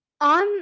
on